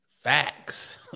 facts